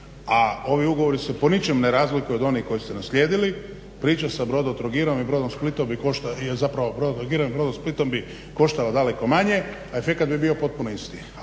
a ovi ugovori se po ničemu ne razlikuju od onih koje ste slijedili. Priča sa Brodotrogirom i Brodosplitom bi koštala daleko manje, a efekt bi bio potpuno isti.